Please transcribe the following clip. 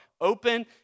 open